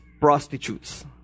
prostitutes